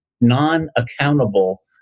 non-accountable